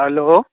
hello